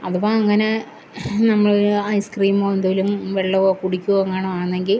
അഥവാ അങ്ങനെ നമ്മൾ ഒരു ഐസ്ക്രീമോ എന്തേലും വെള്ളമോ കുടിക്കുകയോ എങ്ങാനുമാണെങ്കിൽ